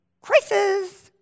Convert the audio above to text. crisis